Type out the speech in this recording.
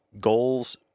goals